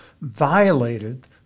violated